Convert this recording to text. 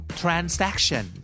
transaction